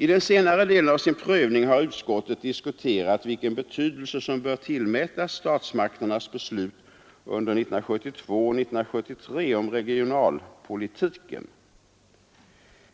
I den senare delen av sin prövning har utskottet diskuterat vilken betydelse som bör tillmätas statsmakternas beslut under 1972 och 1973 om regionalpolitiken.